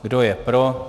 Kdo je pro?